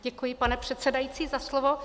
Děkuji, pane předsedající, za slovo.